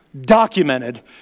documented